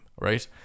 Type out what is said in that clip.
right